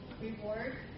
Reward